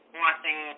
watching